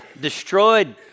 destroyed